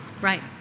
Right